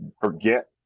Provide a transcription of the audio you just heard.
forget